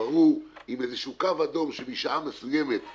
עם איזה שהוא קו אדום שמשעה מסוימת,